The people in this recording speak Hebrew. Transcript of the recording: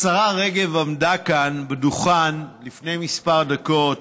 השרה רגב עמדה כאן על דוכן לפני כמה דקות